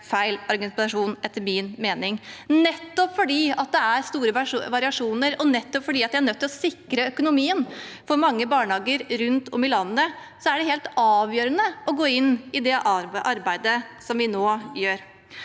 Nettopp fordi det er store variasjoner og vi er nødt til å sikre økonomien for mange barnehager rundt om i landet, er det helt avgjørende å gå inn i det arbeidet som vi gjør